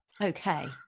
okay